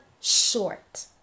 short